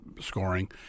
scoring